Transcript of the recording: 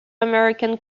american